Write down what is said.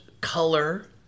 color